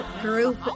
group